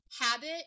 habit